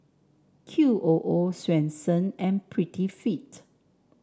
Q O O Swensen and Prettyfit